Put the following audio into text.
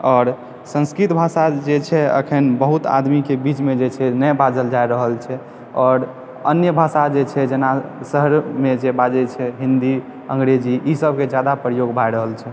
आओर संस्कृत भाषा जे छै अखन बहुत आदमीके बीचमे जे छै नहि बाजल जा रहल छै आओर अन्य भाषा जे छै जेना शहरमे जे बाजैत छै हिंदी अंगरेजी ईसभके जादा प्रयोग भए रहल छै